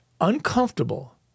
uncomfortable